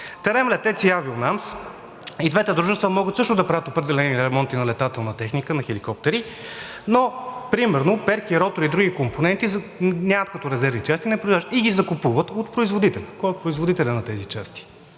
ЕООД и „Авионамс“ АД, и двете дружества, могат също да правят определени ремонти на летателна техника, на хеликоптери, но примерно перки, ротори и други компоненти ги нямат като резервни части, не ги произвеждат, а ги закупуват от производителя. Кой е производителят на тези части?!